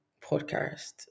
podcast